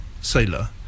sailor